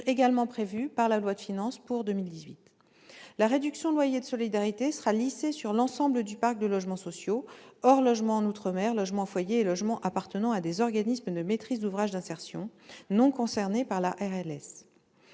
également prévue dans la loi de finances pour 2018. La réduction de loyer de solidarité, la RLS, sera lissée sur l'ensemble du parc de logements sociaux, hors logements en outre-mer, logements foyers et logements appartenant à des organismes de maîtrise d'ouvrage d'insertion, non concernés par la RLS.